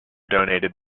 donated